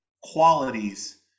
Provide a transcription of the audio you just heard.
Qualities